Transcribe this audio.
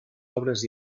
obres